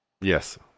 Yes